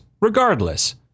regardless